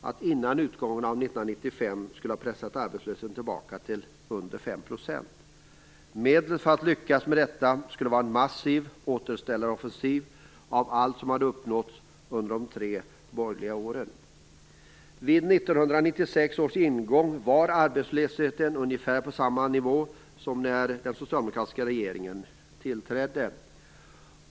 att arbetslösheten innan utgången av 1995 skulle ha pressats tillbaka till under 5 %. Medel för att lyckas med detta skulle vara en massiv återställaroffensiv i fråga om allt som hade uppnåtts under de tre borgerliga åren. Vid 1996 års ingång låg arbetslösheten på ungefär samma nivå som när den socialdemokratiska regeringen tillträdde.